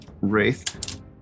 Wraith